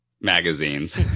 magazines